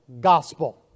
gospel